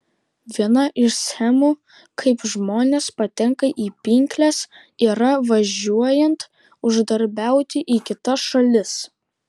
viena iš schemų kaip žmonės patenka į pinkles yra važiuojant uždarbiauti į kitas šalis